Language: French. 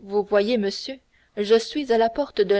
vous voyez monsieur je suis à la porte de